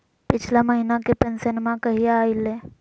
पिछला महीना के पेंसनमा कहिया आइले?